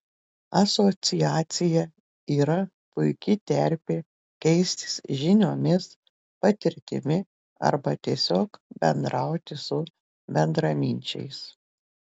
asociacija yra puiki terpė keistis žiniomis patirtimi arba tiesiog bendrauti su bendraminčiais